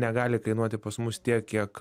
negali kainuoti pas mus tiek kiek